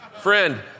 Friend